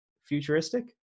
futuristic